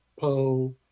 Poe